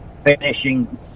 Finishing